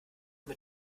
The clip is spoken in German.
mit